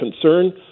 concern